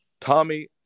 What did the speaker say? Tommy